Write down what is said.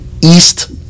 East